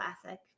Classic